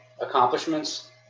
accomplishments